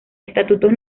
estatutos